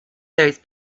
those